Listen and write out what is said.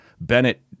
Bennett